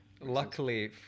luckily